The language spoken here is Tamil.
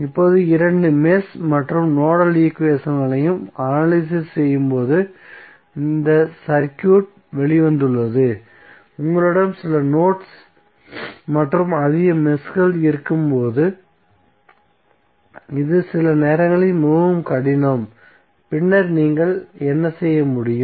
இப்போது இது மெஷ் மற்றும் நோடல் ஈக்குவேஷன்களை அனலிசிஸ் செய்யும் போது இந்த சர்க்யூட் வெளிவந்துள்ளது உங்களிடம் சில நோட்ஸ் மற்றும் அதிக மெஷ்கள் இருக்கும்போது இது சில நேரங்களில் மிகவும் கடினம் பின்னர் நீங்கள் என்ன செய்ய முடியும்